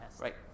Right